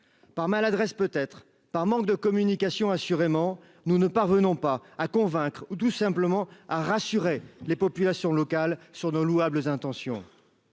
par maladresse, peut être, par manque de communication assurément, nous ne parvenons pas à convaincre ou tout simplement à rassurer les populations locales sur nos louables intentions